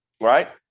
right